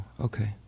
okay